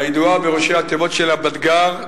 הידועה בראשי התיבות שלה: בטג"ר.